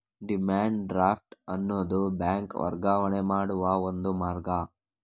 demand draft ಅನ್ನುದು bank ವರ್ಗಾವಣೆ ಮಾಡುವ ಒಂದು ಮಾರ್ಗ